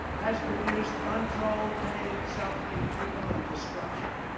has produced untold pain, suffering evil, and destruction.